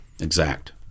Exact